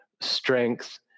strength